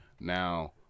Now